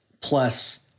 plus